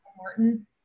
Martin